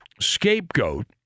scapegoat